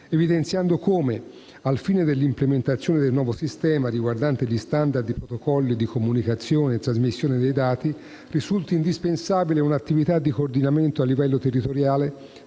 evidenziando come, al fine dell'implementazione del nuovo sistema, riguardante gli *standard* di protocolli di comunicazione e trasmissione dei dati, risulti indispensabile un'attività di coordinamento a livello territoriale